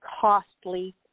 costly